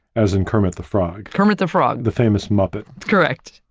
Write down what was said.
as in kermit the frog? kermit the frog. the famous muppet? correct.